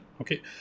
okay